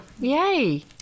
Yay